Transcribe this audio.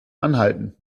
anhalten